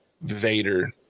vader